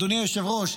אדוני היושב-ראש,